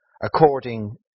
according